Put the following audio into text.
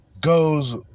goes